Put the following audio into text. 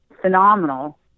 phenomenal